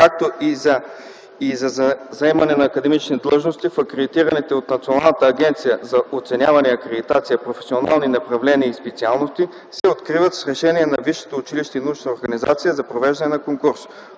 както и за заемане на академични длъжности в акредитираните от Националната агенция за оценяване и акредитация професионални направления и специалности се откриват с решение на висшето училище и научната